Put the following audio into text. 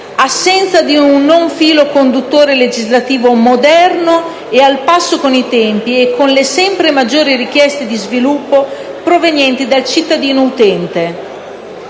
l'assenza di un filo condutture legislativo moderno e al passo con i tempi e con le sempre maggiori richieste di sviluppo provenienti dal cittadino utente.